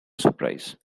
surprise